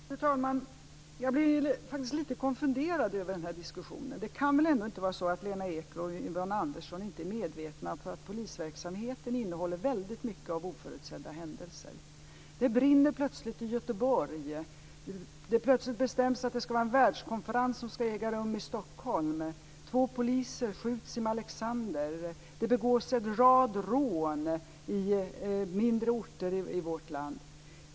Fru talman! Jag blir faktiskt lite konfunderad över den här diskussionen. Det kan väl ändå inte vara så att Lena Ek och Yvonne Andersson inte är medvetna om att polisverksamheten innehåller väldigt mycket av oförutsedda händelser? Det brinner plötsligt i Göteborg, det bestäms plötsligt att en världskonferens ska äga rum i Stockholm, två poliser skjuts i Malexander och det begås en rad rån i mindre orter i vårt land.